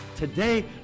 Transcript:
Today